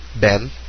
Ben